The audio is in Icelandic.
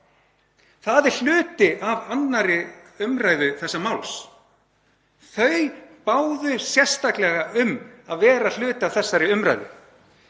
þ.e. hluti af 2. umr. þessa máls. Þau báðu sérstaklega um að vera hluti af þessari umræðu